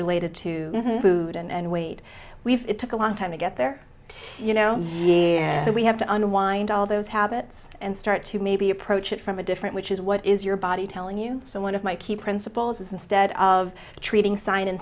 related to food and weight we took a long time to get there you know so we have to unwind all those habits and start to maybe approach it from a different which is what is your body telling you so one of my key principles is instead of treating sign